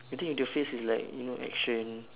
you think if the face is like you know action